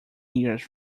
years